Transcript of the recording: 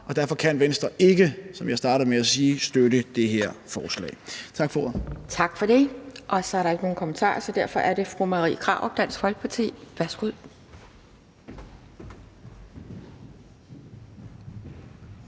Derfor kan vi ikke støtte dette forslag.